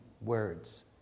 words